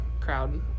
crowd